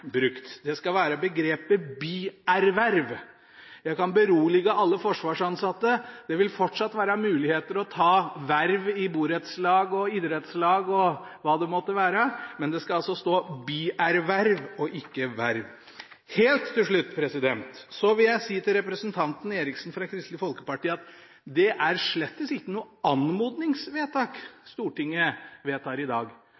Det skal være «bierverv». Jeg kan berolige alle forsvarsansatte: Det vil fortsatt være muligheter til å ta verv i borettslag, idrettslag og hva det måtte være. Det skal altså stå «bierverv», ikke «biverv». Helt til slutt vil jeg si til representanten Eriksen fra Kristelig Folkeparti at det slett ikke er noe anmodningsvedtak Stortinget vedtar i dag.